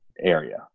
area